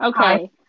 okay